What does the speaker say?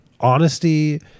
honesty